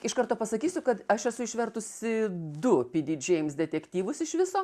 iš karto pasakysiu kad aš esu išvertusi du py dy džeims detektyvus iš viso